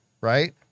right